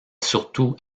surtout